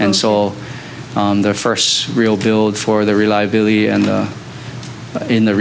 and soul on the first real build for the reliability and in the